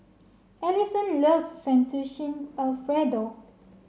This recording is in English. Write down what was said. Alison loves Fettuccine Alfredo